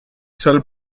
sole